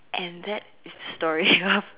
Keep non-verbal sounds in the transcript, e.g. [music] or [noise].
and that is the story [laughs] of